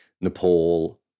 Nepal